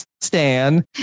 Stan